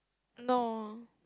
no